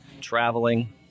traveling